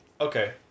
Okay